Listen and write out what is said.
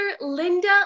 Linda